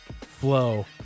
flow